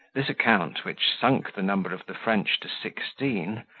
this account, which sunk the number of the french to sixteen,